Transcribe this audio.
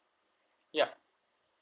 yup